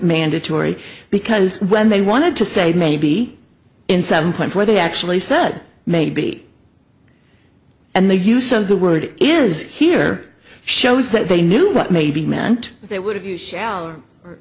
mandatory because when they wanted to say maybe in some point where they actually said maybe and the use of the word is here shows that they knew what maybe meant they would have you sh